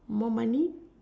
more money